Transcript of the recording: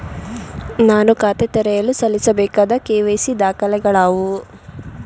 ನಾನು ಖಾತೆ ತೆರೆಯಲು ಸಲ್ಲಿಸಬೇಕಾದ ಕೆ.ವೈ.ಸಿ ದಾಖಲೆಗಳಾವವು?